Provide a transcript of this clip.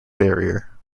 barrier